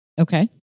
Okay